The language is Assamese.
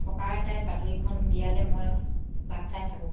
হকাৰ এটাই বাতৰিখন দিয়ালৈ মই বাট চাই থাকোঁ